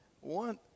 One